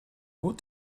what